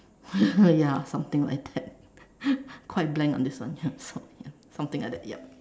ya something like that quite blank on this one ya so something like that yup